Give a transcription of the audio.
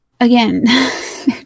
again